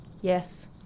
Yes